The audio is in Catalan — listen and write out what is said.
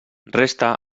resta